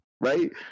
right